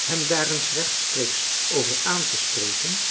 hem daar eens rechtstreeks over aan te spreken